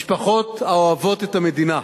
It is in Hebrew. משפחות האוהבות את המדינה.